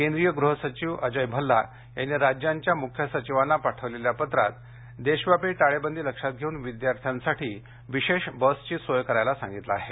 केंद्रीय गृहसचिव अजय भल्ला यांनी राज्यांच्या मुख्य सचिवांना पाठवलेल्या पत्रात देशव्यापी टाळेबंदी लक्षात घेऊन विद्यार्थ्यांसाठी विशेष बसची सोय करायला सांगितलं आहे